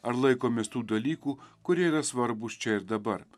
ar laikomės tų dalykų kurie yra svarbūs čia ir dabar